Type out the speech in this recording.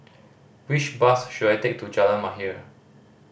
which bus should I take to Jalan Mahir